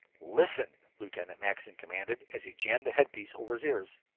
listen! lieutenant mackinson commanded, as he jammed the headpiece over his ears.